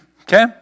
okay